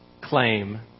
claim